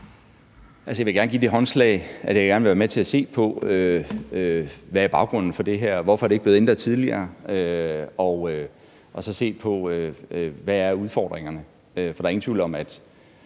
jeg vil gerne give håndslag på, at jeg gerne vil være med til at se på, hvad der er baggrunden for det her, og hvorfor det ikke er blevet ændret tidligere, og så se på, hvad der er udfordringerne. For der er ingen tvivl om, at